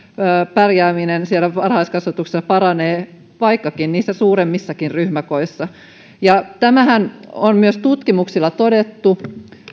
pärjääminen siellä varhaiskasvatuksessa paranee niissä suuremmissakin ryhmäkoissa ja tämähän on myös tutkimuksilla todettu